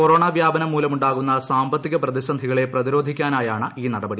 corona വ്യാപനം മൂലമുണ്ടാകുന്ന സാമ്പത്തിക പ്രതിസന്ധികളെ പ്രതിരോധിക്കാനായാണ് ഈ നടപടി